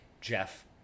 Jeff